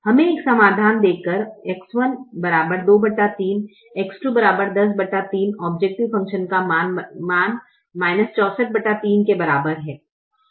हमें एक समाधान देकर X1 23 X2 103 औब्जैकटिव फ़ंक्शन का मान 643 के बराबर है